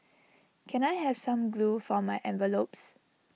can I have some glue for my envelopes